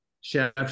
Chef